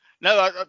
No